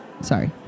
sorry